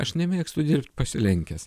aš nemėgstu dirbt pasilenkęs